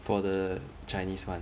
for the chinese one